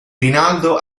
rinaldo